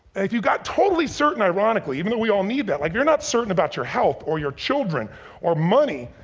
if you got totally certain ironically, even though we all need that, like if you're not certain about your health or your children or money,